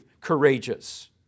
courageous